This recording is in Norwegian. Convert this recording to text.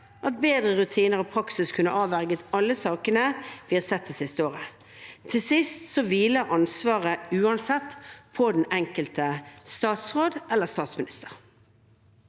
at bedre rutiner og praksis kunne avverget alle sakene vi har sett det siste året. Til sist hviler ansvaret uansett på den enkelte statsråd eller statsminister.